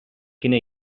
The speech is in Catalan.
quina